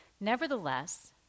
Nevertheless